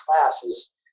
classes